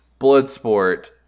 Bloodsport